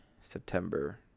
september